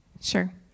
Sure